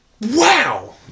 Wow